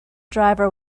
driver